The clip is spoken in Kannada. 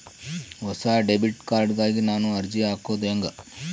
ಹೊಸ ಡೆಬಿಟ್ ಕಾರ್ಡ್ ಗಾಗಿ ನಾನು ಅರ್ಜಿ ಹಾಕೊದು ಹೆಂಗ?